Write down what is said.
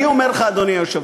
אני אומר לך, אדוני היושב-ראש.